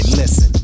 listen